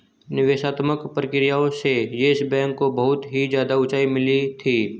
निवेशात्मक प्रक्रिया से येस बैंक को बहुत ही ज्यादा उंचाई मिली थी